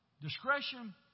Discretion